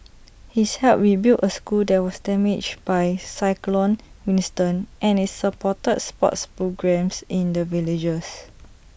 he's helped rebuild A school that was damaged by cyclone Winston and is supported sports programmes in the villagers